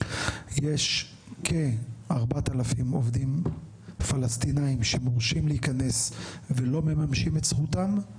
יש כ-4,000 עובדים פלסטינאים שמורשים להיכנס ולא מממשים את זכותם.